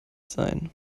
sein